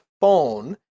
phone